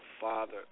Father